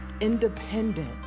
independent